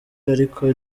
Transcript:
ariko